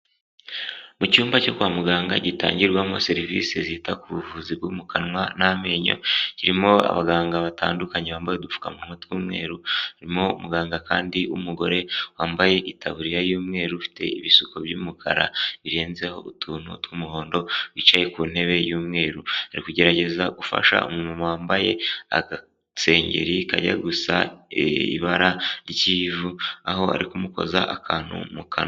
Mu cyumba cyo kwa muganga gitangirwamo serivisi zita ku buvuzi bwo mu kanwa n'amenyo, kirimo abaganga batandukanye bambaye udupfukamunwa tw'umweru harimo muganga kandi wumugore wambaye itaburiya y'umweru afite ibisuko by'umukara birenzeho utuntu tw'umuhondo wicaye ku ntebe y'umweru, ari kugerageza gufasha umuntu wambaye agasengeri kajye gusa ibara ry'ivu aho ari kumukoza akantu mu kanwa.